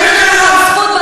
אתה מציין את הנכבה.